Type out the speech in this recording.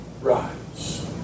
rise